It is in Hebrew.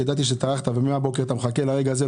כי ידעתי שטרחת ומהבוקר אתה מחכה לרגע הזה.